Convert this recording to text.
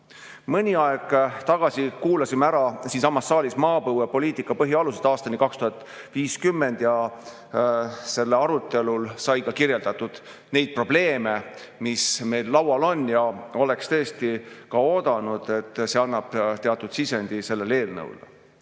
on. Mõni aeg tagasi kuulasime ära siinsamas saalis maapõuepoliitika põhialused aastani 2050 ja selle arutelul sai kirjeldatud neid probleeme, mis meil laual on. Oleks tõesti oodanud, et see annab teatud sisendi ka sellele eelnõule.